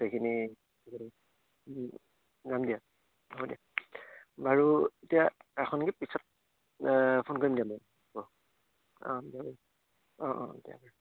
সেইখিনি যাম দিয়া হ'ব দিয়া বাৰু এতিয়া ৰাখোঁ নেকি পিছত ফোন কৰিম দিয়া বাৰু হ'ব অঁ দিয় অঁ অঁ দিয়া